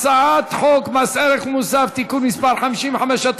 הצעת חוק מס ערך מוסף (תיקון מס' 55),